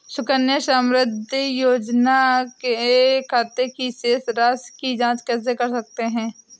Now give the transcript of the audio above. सुकन्या समृद्धि योजना के खाते की शेष राशि की जाँच कैसे कर सकते हैं?